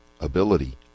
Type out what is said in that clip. ability